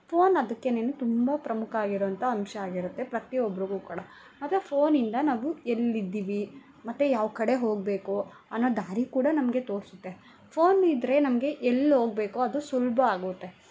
phone ಅದಕ್ಕೇನೇನು ತುಂಬ ಪ್ರಮುಖ ಆಗಿರೋ ಅಂಥ ಅಂಶ ಆಗಿರುತ್ತೆ ಪ್ರತಿ ಒಬ್ರಿಗೂ ಕೂಡ ಮತ್ತೆ ಫೋನಿಂದ ನಾವು ಎಲ್ಲಿದ್ದೀವಿ ಮತ್ತೆ ಯಾವ ಕಡೆ ಹೋಗಬೇಕು ಅನ್ನೋ ದಾರಿ ಕೂಡ ನಮಗೆ ತೋರಿಸುತ್ತೆ ಫೋನ್ ಇದ್ದರೆ ನಮಗೆ ಎಲ್ಲೋಗ್ಬೇಕು ಅದು ಸುಲಭ ಆಗುತ್ತೆ